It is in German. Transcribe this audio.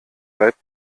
reibt